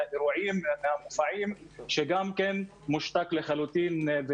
האירועים והמופעים מושתק לחלוטין,